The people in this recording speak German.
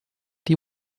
die